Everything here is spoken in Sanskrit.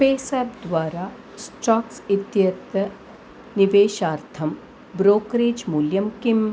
पेसाप् द्वारा स्चाक्स् इत्यत्र निवेशार्थं ब्रोकरेज् मूल्यं किम्